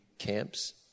camps